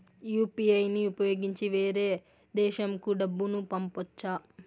UPI ని ఉపయోగించి వేరే దేశంకు డబ్బును పంపొచ్చా?